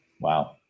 Wow